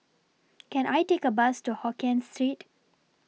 Can I Take A Bus to Hokien Street